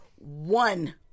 One